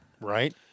right